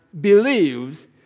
believes